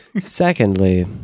Secondly